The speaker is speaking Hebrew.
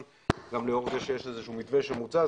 גם לאור זה שיש איזשהו מתווה שמוצע,